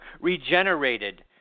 regenerated